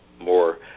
more